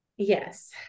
Yes